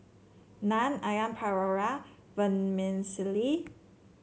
Naan Onion Pakora Vermicelli